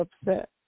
upset